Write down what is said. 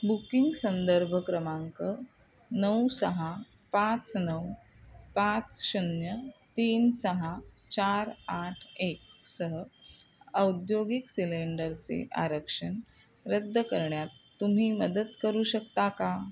booking संदर्भ क्रमांक नऊ सहा पाच नऊ पाच शून्य तीन सहा चार आठ एकसह औद्योगिक सिलेंडरचे आरक्षण रद्द करण्यात तुम्ही मदत करू शकता का